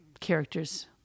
characters